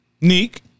Neek